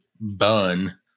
bun